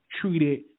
treated